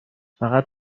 فقط